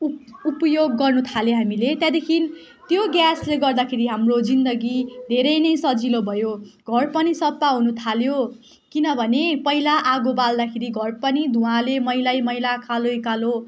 उप उपयोग गर्नुथालेँ हामीले त्यहाँदेखि त्यो ग्यासले गर्दाखेरि हाम्रो जिन्दगी धेरै नै सजिलो भयो घर पनि सफा हुनुथाल्यो किनभने पहिला आगो बाल्दाखेरि घर पनि धुवाँले मैलैमैला कालैकालो